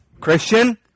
Christian